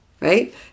Right